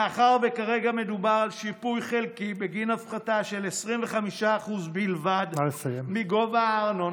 מאחר שכרגע מדובר על שיפוי חלקי בגין הפחתה של 25% בלבד מגובה הארנונה,